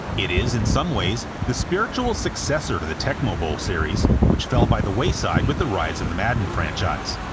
it is, in some ways, the spiritual successor to the tecmo bowl series, which fell by the wayside with the rise of the madden franchise.